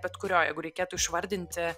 bet kurio jeigu reikėtų išvardinti